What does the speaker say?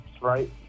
right